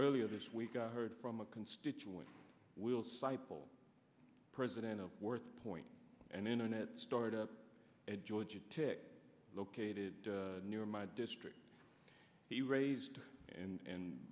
earlier this week i heard from a constituent will siple president of worth point and internet start up at georgia tech located near my district he raised and